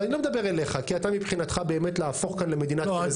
ואני לא מדבר אליך כי אתה מבחינתך באמת להפוך כאן למדינת כל אזרחיה.